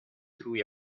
through